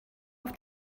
auf